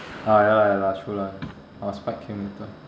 ah ya lah ya lah true lah our spike came later